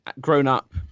grown-up